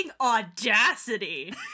audacity